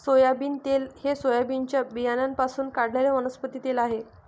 soybean तेल हे सोयाबीनच्या बियाण्यांपासून काढलेले वनस्पती तेल आहे